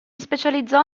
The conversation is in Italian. specializzò